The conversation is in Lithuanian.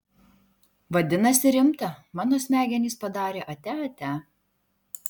vadinasi rimta mano smegenys padarė atia atia